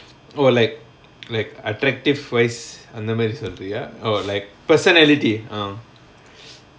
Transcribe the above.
oh like like attractive voice அந்த மாதிரி சொல்றியா:antha maathiri solriyaa or like personality orh